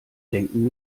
denken